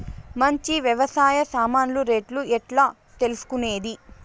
మంచి వ్యవసాయ సామాన్లు రేట్లు ఎట్లా తెలుసుకునేది?